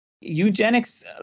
Eugenics